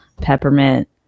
peppermint